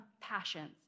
passions